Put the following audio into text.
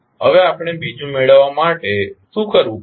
હવે આપણે બીજું મેળવવા માટે શું કરવું પડશે